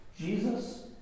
Jesus